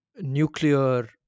nuclear